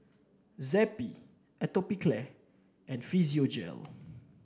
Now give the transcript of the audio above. Zappy Atopiclair and Physiogel